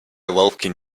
welcome